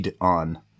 on